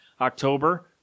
October